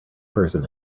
person